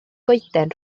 goeden